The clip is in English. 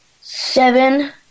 seven